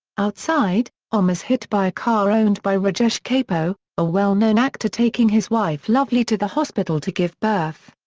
outside, om is hit by a car owned by rajesh kapoor, a well-known actor taking his wife lovely to the hospital to give birth.